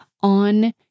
on